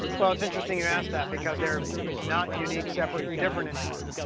well, it's interesting you ask that, because they're not unique, separate, and different anymore.